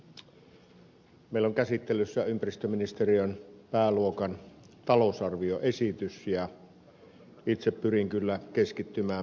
meillä on käsittelyssä ympäristöministeriön pääluokan talousarvioesitys ja itse pyrin kyllä keskittymään pääasiassa siihen